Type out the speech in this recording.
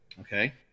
okay